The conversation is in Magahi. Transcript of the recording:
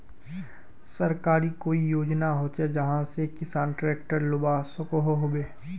सरकारी कोई योजना होचे जहा से किसान ट्रैक्टर लुबा सकोहो होबे?